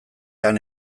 han